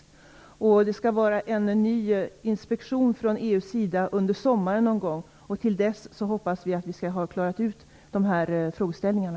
Under sommaren kommer en ny inspektion att genomföras från EU:s sida, och till dess hoppas vi att vi skall ha klarat ut de här frågeställningarna.